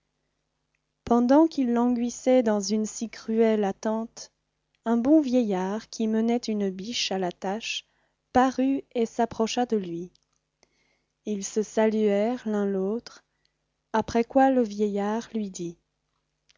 pendant qu'il languissait dans une si cruelle attente un bon vieillard qui menait une biche à l'attache parut et s'approcha de lui ils se saluèrent l'un l'autre après quoi le vieillard lui dit